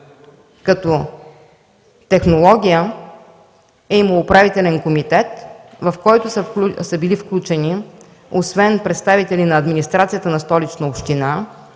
като технология, е имал Управителен комитет, в който са били включени освен представители на администрацията на Столична община